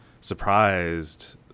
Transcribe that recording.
surprised